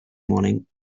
morning